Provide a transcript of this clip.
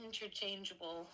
interchangeable